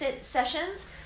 sessions